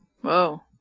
Whoa